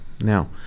Now